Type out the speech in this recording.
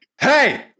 hey